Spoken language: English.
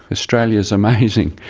australia is amazing.